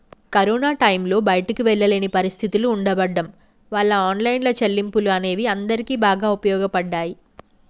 corona టైంలో బయటికి వెళ్ళలేని పరిస్థితులు ఉండబడ్డం వాళ్ళ ఆన్లైన్ చెల్లింపులు అనేవి అందరికీ చాలా ఉపయోగపడ్డాయి